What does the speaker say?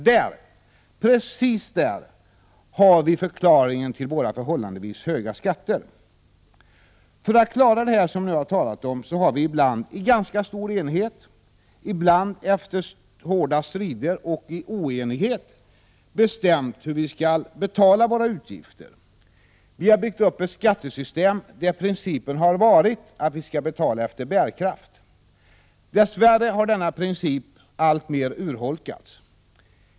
Där, precis där, har vi förklaringen till våra förhållandevis höga skatter. För att klara detta som jag nu har talat om har vi, ibland i ganska stor enighet, ibland efter hårda strider och i oenighet, bestämt hur vi skall betala våra utgifter. Vi har byggt upp ett skattesystem där principen har varit att vi skall betala efter bärkraft. Dess värre har denna princip alltmer urholkats.